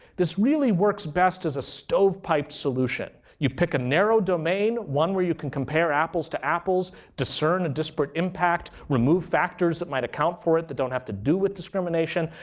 this really works best as a stove pipe solution. you pick a narrow domain. one where you can compare apples to apples, discern a disparate impact, remove factors that might account for it that don't have to do with discrimination.